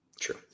true